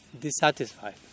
dissatisfied